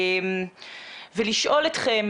ולשאול אתכם,